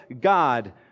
God